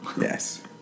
Yes